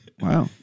Wow